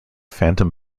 phantom